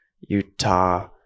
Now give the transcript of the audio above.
Utah